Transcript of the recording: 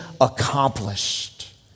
accomplished